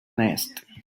nest